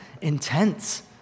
intense